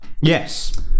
Yes